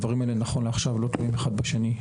הדברים האלה נכון לעכשיו לא תלויים אחד בשני.